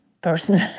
person